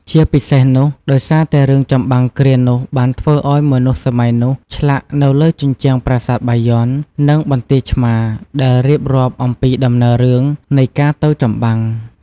ជាពិសេសនោះ ដោយសារតែរឿងចម្បាំងគ្រានោះបានធ្វើឲ្យមនុស្សសម័យនោះ ឆ្លាក់នៅលើជញ្ជាំងប្រាសាទបាយ័ន និងបន្ទាយឆ្មារដែលរៀបរាប់អំពីដំណើររឿងនៃការទៅចម្បាំង ។